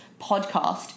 podcast